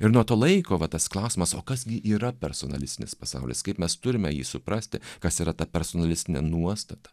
ir nuo to laiko va tas klausimas o kas gi yra personalistinis pasaulis kaip mes turime jį suprasti kas yra ta personalistinė nuostata